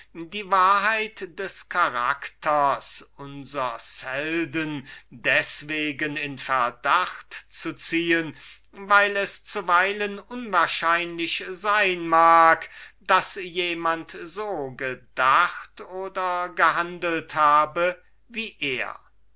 die wahrheit des charakters unsers helden deswegen in verdacht zu ziehen weil es öfters unwahrscheinlich ist daß jemand so gedacht oder gehandelt habe wie er